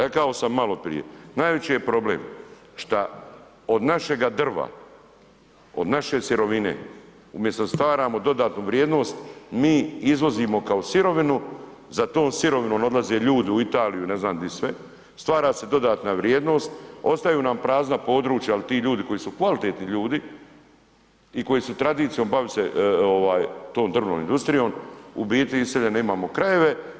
Rekao sam maloprije, najveći problem šta od našega drva, od naše sirovine umjesto da stvaramo dodatnu vrijednost mi izvozimo kao sirovinu, za tom sirovinom odlaze ljudi u Italiju i ne znam di sve, stvara se dodatna vrijednost, ostaju nam prazna područja jel ti ljudi koji su kvalitetni ljudi i koji se bave tom drvnom industrijom u biti imamo iseljene krajeve.